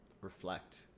Reflect